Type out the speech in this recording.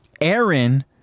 Aaron